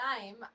time